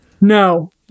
No